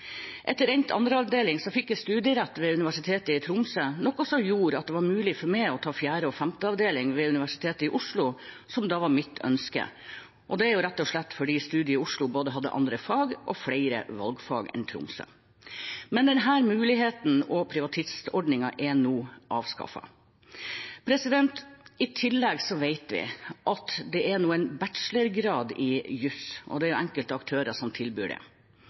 Etter endt 2. avdeling fikk jeg studierett ved Universitetet i Tromsø, noe som gjorde det mulig for meg å ta 4. og 5. avdeling ved Universitetet i Oslo, som da var mitt ønske. Det var rett og slett fordi studiet i Oslo både hadde andre fag og flere valgfag enn i Tromsø. Men denne muligheten og privatistordningen er nå avskaffet. I tillegg vet vi at det nå er en bachelorgrad i juss, og det er enkelte aktører som tilbyr det,